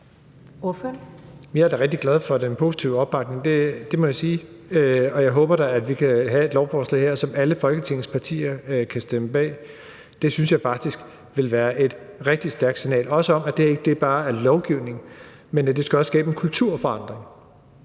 Jeg er da rigtig glad for den positive opbakning, det må jeg sige, og jeg håber da, at vi kan have et lovforslag her, som alle Folketingets partier kan stemme for. Det synes jeg faktisk ville være et rigtig stærkt signal, også om, at det ikke bare er lovgivning, men at det også skal skabe en kulturforandring